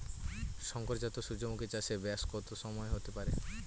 শংকর জাত সূর্যমুখী চাসে ব্যাস কত সময় হতে পারে?